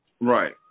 Right